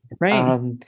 right